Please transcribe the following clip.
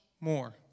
more